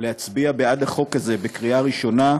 להצביע בעד החוק הזה בקריאה ראשונה,